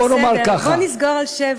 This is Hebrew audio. בוא נסגור על שבע ו-...